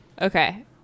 okay